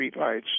streetlights